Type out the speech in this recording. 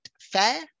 fair